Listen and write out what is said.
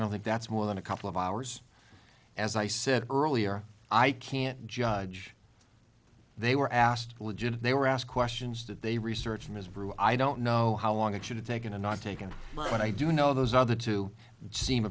don't think that's more than a couple of hours as i said earlier i can't judge they were asked legit and they were asked questions did they research ms brew i don't know how long it should have taken and not taken but when i do know those other two seem